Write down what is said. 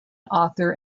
author